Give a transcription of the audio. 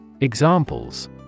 Examples